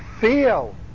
feel